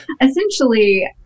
essentially